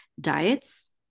diets